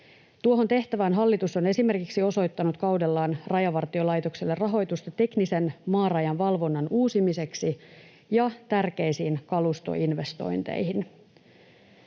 Tuohon tehtävään hallitus on osoittanut kaudellaan Rajavartiolaitokselle esimerkiksi rahoitusta teknisen maarajan valvonnan uusimiseksi ja tärkeisiin kalustoinvestointeihin.